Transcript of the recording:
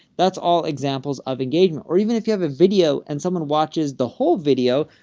that's all examples of engagement, or even if you have a video and someone watches the whole video,